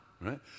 right